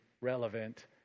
relevant